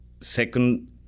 Second